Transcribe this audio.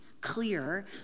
clear